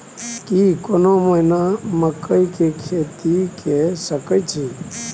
की कोनो महिना राई के खेती के सकैछी?